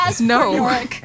no